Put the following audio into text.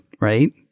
right